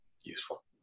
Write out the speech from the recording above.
useful